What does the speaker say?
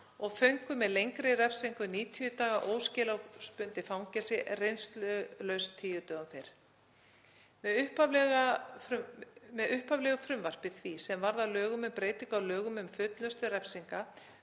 og föngum með lengri refsingu en 90 daga óskilorðsbundið fangelsi reynslulausn tíu dögum fyrr. Með upphaflegu frumvarpi því sem varð að lögum um breytingu á lögum um um fullnustu refsing